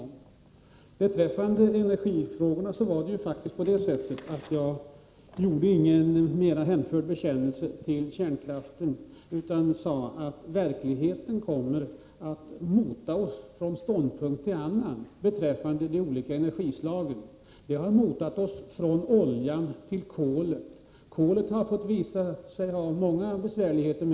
När det gäller energifrågorna var det faktiskt på det sättet att jag inte gjorde någon mer hänförd bekännelse till kärnkraften, utan jag sade att verkligheten kommer att mota oss från en ståndpunkt till en annan beträffande energislagen. Verkligheten har motat oss från oljan till kolet. Nu har kolet visat sig medföra många svårigheter.